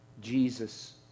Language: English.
Jesus